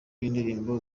y’indirimbo